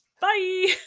Bye